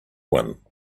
one